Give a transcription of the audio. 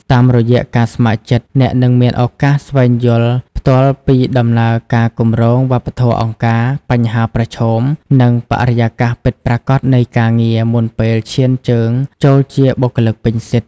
តាមរយៈការស្ម័គ្រចិត្ត អ្នកនឹងមានឱកាស ស្វែងយល់ផ្ទាល់ពីដំណើរការគម្រោង វប្បធម៌អង្គការ បញ្ហាប្រឈម និងបរិយាកាសពិតប្រាកដនៃការងារ មុនពេលឈានជើងចូលជាបុគ្គលិកពេញសិទ្ធិ។